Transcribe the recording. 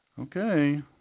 Okay